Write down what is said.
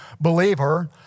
believer